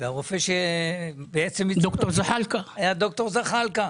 לב והרופא שטיפל בי היה ד"ר זחאלקה,